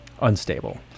unstable